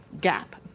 gap